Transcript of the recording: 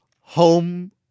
home